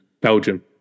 Belgium